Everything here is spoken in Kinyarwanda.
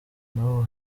n’ubu